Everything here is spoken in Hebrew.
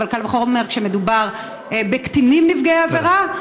אבל קל וחומר כשמדובר בקטינים נפגעי עבירה.